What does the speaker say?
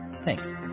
Thanks